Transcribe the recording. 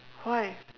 why